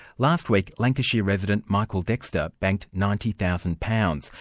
last week, lancashire resident, michael dexter, banked ninety thousand pounds.